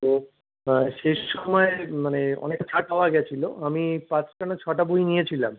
তো শেষ সময়ে মানে অনেকটা ছাড় পাওয়া গিয়েছিল আমি পাঁচটা না ছটা বই নিয়েছিলাম